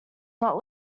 not